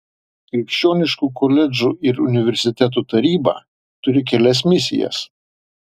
krikščioniškų koledžų ir universitetų taryba turi kelias misijas